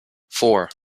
four